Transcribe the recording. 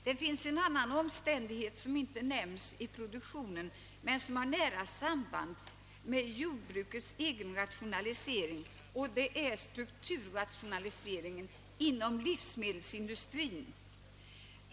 Det finns en annan omständighet som inte nämns i propositionen men som har ett nära samband med jordbrukets egen rationalisering och det är strukturrationaliseringen inom livsmedelsindustrin.